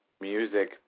music